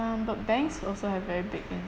um but banks also have very big